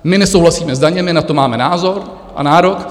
My nesouhlasíme s daněmi, na to máme názor a nárok.